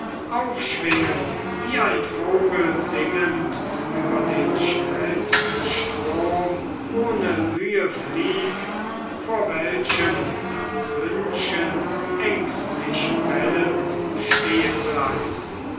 aufschwingen wie ein vogel singend über den schnellsten strom ohne mühe fliegt vor welchem das hündchen ängstlich bellend